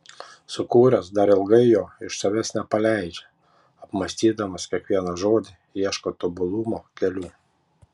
sukūręs dar ilgai jo iš savęs nepaleidžia apmąstydamas kiekvieną žodį ieško tobulumo kelių